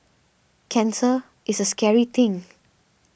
cancer is a scary thing